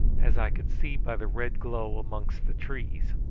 as i could see by the red glow amongst the trees.